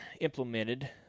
implemented